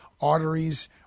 arteries